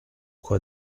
quoi